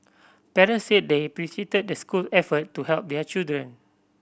parents said they appreciated the school effort to help their children